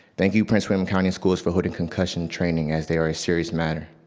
thank you prince william county schools for holding concussion training, as they are a serious matter.